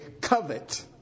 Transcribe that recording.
covet